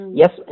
yes